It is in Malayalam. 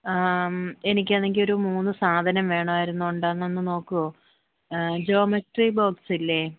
എനിക്കാണെങ്കിൽ ഒരു മൂന്ന് സാധനം വേണമായിരുന്നു ഉണ്ടോ എന്നൊന്ന് നോക്കുമോ ജോമെട്രി ബോക്സ് ഇല്ലേ